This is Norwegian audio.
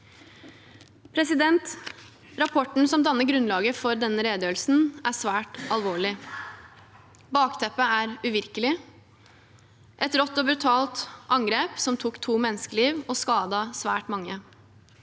Rapporten som danner grunnlaget for denne redegjørelsen, er svært alvorlig. Bakteppet er uvirkelig – et rått og brutalt angrep tok to menneskeliv og skadet svært mange.